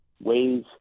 ways